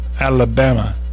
Alabama